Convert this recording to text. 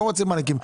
לא רוצה מענקים.